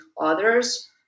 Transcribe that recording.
others